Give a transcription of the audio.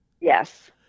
Yes